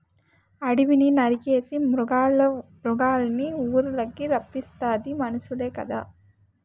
అడివిని నరికేసి మృగాల్నిఊర్లకి రప్పిస్తాది మనుసులే కదా